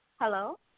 Hello